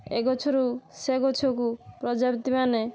ଏ ଗଛରୁ ସେ ଗଛକୁ ପ୍ରଜାପତିମାନେ